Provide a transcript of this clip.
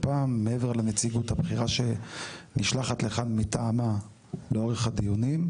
הפעם מעבר לנציגות הבכירה שנשלחת לכאן מטעמם לאורך הדיונים,